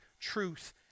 truth